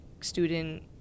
student